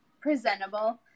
presentable